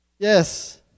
Yes